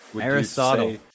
Aristotle